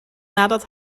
nadat